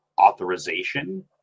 authorization